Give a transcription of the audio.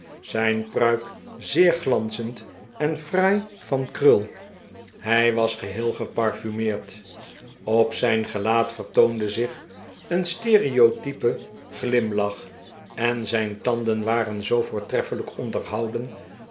zijn pruik zeer glanzend en fraai van krul hij was geheel geparfumeerd op zijn gelaat vertoonde zich een stereotype glimlach en zijn tanden waren zoo voortreffelijk onderhouden